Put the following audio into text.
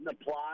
apply